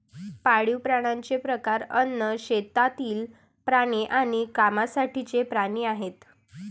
पाळीव प्राण्यांचे प्रकार अन्न, शेतातील प्राणी आणि कामासाठीचे प्राणी आहेत